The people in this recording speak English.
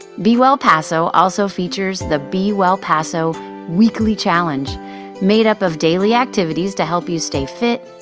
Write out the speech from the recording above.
be well paso also features the be well paso weekly challenge made up of daily activities to help you stay fit,